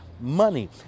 money